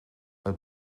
het